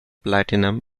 platinum